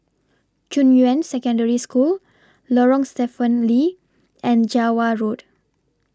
Junyuan Secondary School Lorong Stephen Lee and Java Road